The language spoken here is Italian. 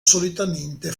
solitamente